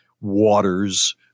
waters